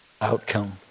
outcome